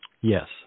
Yes